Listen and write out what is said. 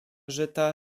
żyta